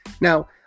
Now